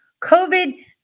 COVID